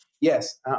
Yes